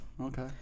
Okay